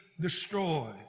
destroyed